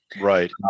Right